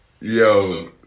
Yo